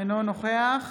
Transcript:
אינו נוכח